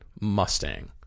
Mustang